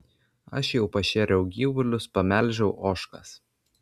aš jau pašėriau gyvulius pamelžiau ožkas